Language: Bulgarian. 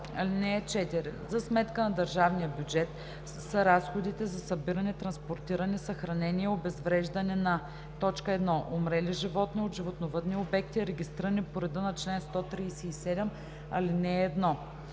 „(4) За сметка на държавния бюджет са разходите за събиране, транспортиране, съхранение и обезвреждане на: 1. умрели животни от животновъдни обекти, регистрирани по реда на чл. 137, ал. 1;